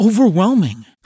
overwhelming